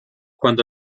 cuando